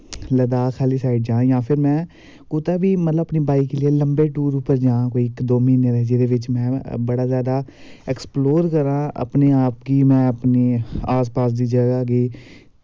लद्दाख आह्ली साईड जां जां फिर में कुतै बी मतलव अपनी बॉईक लेई लम्बै टूर उप्पर जां कोई इक दो म्हीने लेई जेह्दे बिच्च में बड़ा जादा अक्सप्लोर करां अपने गी में अपनी आस पास दी जगह गी